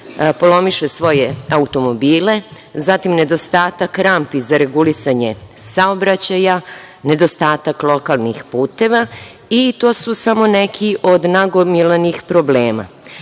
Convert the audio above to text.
polomiše svoje automobile, zatim nedostatak rampi za regulisanje saobraćaja, nedostatak lokalnih puteva. To su samo neki od nagomilanih problema.